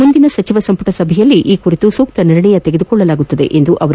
ಮುಂದಿನ ಸಚಿವ ಸಂಪುಟ ಸಭೆಯಲ್ಲಿ ಸೂಕ್ತ ನಿರ್ಣಯ ತೆಗೆದುಕೊಳ್ಳಲಾಗುವುದು ಎಂದರು